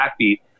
backbeat